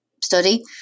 study